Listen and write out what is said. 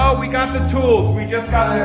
ah we got the tools, we just